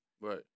Right